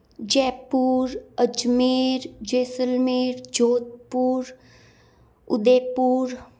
Jaipur Ajmer Jaisalmer Jodhpur Udaipur